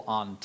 on